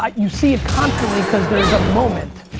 ah you see it constantly because there's a moment.